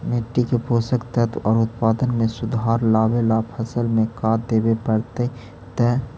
मिट्टी के पोषक तत्त्व और उत्पादन में सुधार लावे ला फसल में का देबे पड़तै तै?